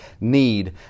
need